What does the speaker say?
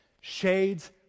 Shades